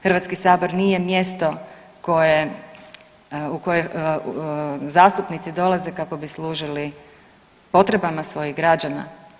Hrvatski sabor nije mjesto koje, u koje zastupnici dolaze kako bi služili potrebama svojih građana.